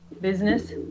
business